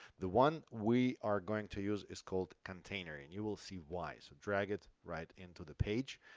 the one we are going to use is called container, and you will see why. so drag it right into the page.